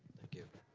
thank you.